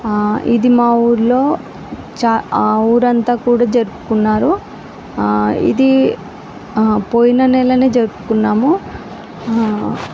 ఇది మా ఊరిలో చాలా ఊరంతా కూడా జరుపుకున్నారు ఇది పోయిన నెలనే జరుపుకున్నాము